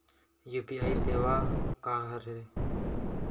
UPI सेवा का हरे?